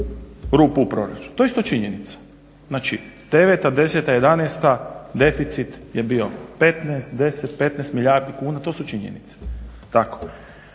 rupu u proračunu. To je isto činjenica. Znači, deveta, deseta, jedanaesta deficit je bio 15, 10, 15 milijardi kuna. To su činjenice.